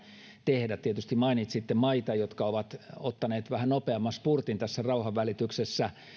tehdä tietysti mainitsitte maita jotka ovat ottaneet vähän nopeamman spurtin tässä rauhanvälityksessä